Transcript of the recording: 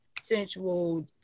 sensual